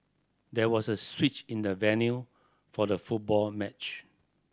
there was a switch in the venue for the football match